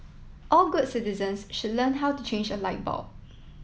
all good citizens should learn how to change a light bulb